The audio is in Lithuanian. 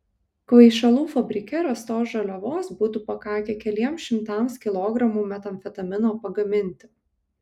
kvaišalų fabrike rastos žaliavos būtų pakakę keliems šimtams kilogramų metamfetamino pagaminti